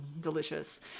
delicious